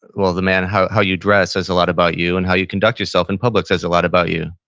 well, the manner how how you dress says a lot about you, and how you conduct yourself in public says a lot about you.